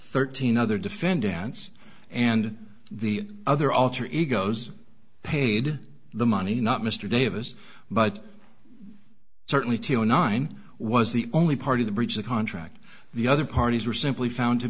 thirteen other defendants and the other alter egos paid the money not mr davis but certainly t o nine was the only part of the breach of contract the other parties were simply found to